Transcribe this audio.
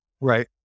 Right